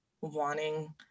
wanting